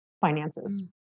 finances